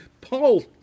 Paul